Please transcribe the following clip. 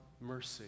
mercy